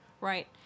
right